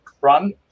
run